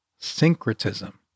syncretism